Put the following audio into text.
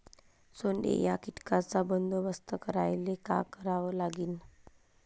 सोंडे या कीटकांचा बंदोबस्त करायले का करावं लागीन?